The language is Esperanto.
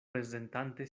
prezentante